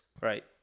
Right